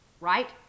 right